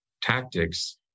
tactics